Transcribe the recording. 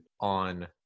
on